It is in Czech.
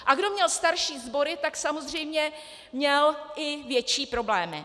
A kdo měl starší sbory, samozřejmě měl i větší problémy.